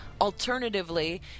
Alternatively